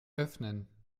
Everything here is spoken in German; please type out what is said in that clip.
öffnen